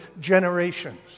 generations